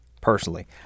personally